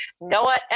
Noah